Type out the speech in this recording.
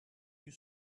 you